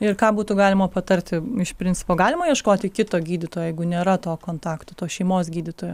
ir ką būtų galima patarti iš principo galima ieškoti kito gydytojo jeigu nėra to kontakto to šeimos gydytojo